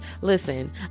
Listen